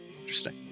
Interesting